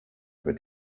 über